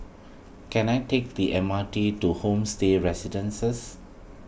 can I take the M R T to Homestay Residences